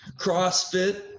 CrossFit